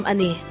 Ani